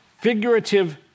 figurative